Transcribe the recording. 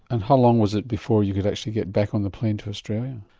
and how long was it before you could actually get back on the plane to australia?